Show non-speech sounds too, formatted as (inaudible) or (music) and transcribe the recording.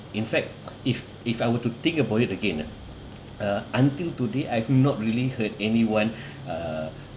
in fact if if I were to think about it again ah uh until today I've not really heard anyone (breath) uh